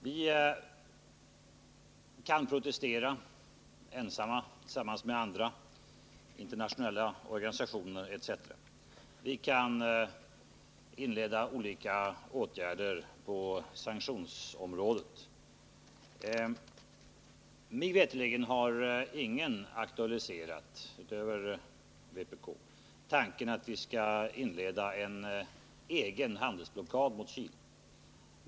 Vi kan protestera, ensamma eller tillsammans med andra, i internationella organisationer etc., och vi kan inleda olika åtgärder på sanktionsområdet. Mig veterligen har ingen utöver vpk aktualiserat tanken att vi skall påbörja en egen handelsblockad mot Chile.